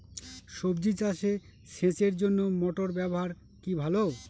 সবজি চাষে সেচের জন্য মোটর ব্যবহার কি ভালো?